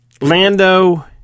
Lando